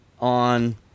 on